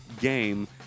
game